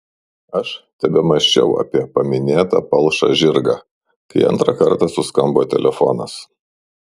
aš tebemąsčiau apie paminėtą palšą žirgą kai antrą kartą suskambo telefonas